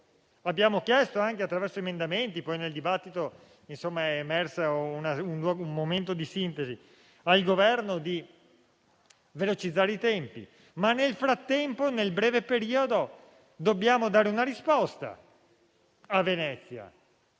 Abbiamo chiesto al Governo, anche attraverso emendamenti - poi nel dibattito è emerso un momento di sintesi - di velocizzare i tempi, ma nel frattempo, nel breve periodo dobbiamo dare una risposta a Venezia